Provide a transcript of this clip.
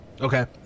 Okay